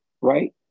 right